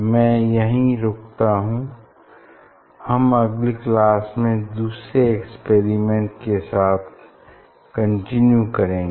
मैं यहाँ रुकता हूँ हम अगली क्लास में दूसरे एक्सपेरिमेंट के साथ कंटिन्यू करेंगे